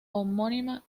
homónima